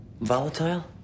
volatile